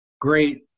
great